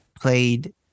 played